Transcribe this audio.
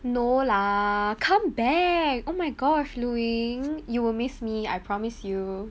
no lah come back oh my gosh lu ying you will miss me I promise you